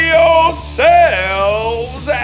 yourselves